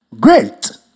Great